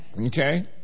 Okay